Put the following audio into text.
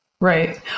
Right